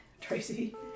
Tracy